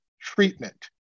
treatment